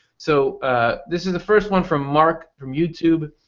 so ah this is the first one from mark from youtube.